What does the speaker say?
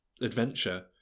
adventure